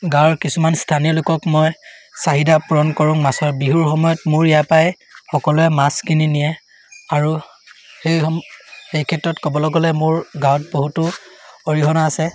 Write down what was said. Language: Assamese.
গাঁৱৰ কিছুমান স্থানীয় লোকক মই চাহিদা পূৰণ কৰোঁ মাছৰ বিহুৰ সময়ত মোৰ ইয়াৰপৰাই সকলোৱে মাছ কিনি নিয়ে আৰু সেই সেই ক্ষেত্ৰত ক'বলৈ গ'লে মোৰ গাঁৱত বহুতো অৰিহণা আছে